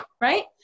right